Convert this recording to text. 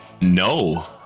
No